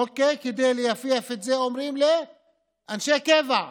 וכדי לייפייף את זה אומרים: לאנשי קבע.